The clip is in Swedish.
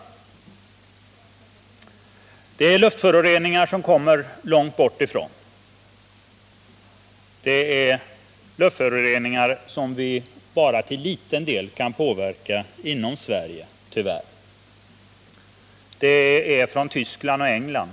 Där kommer luftföroreningar långt bortifrån, luftföroreningar som vi tyvärr bara till en liten del kan påverka inom Sverige. Större delen av dem kommer från Tyskland och England.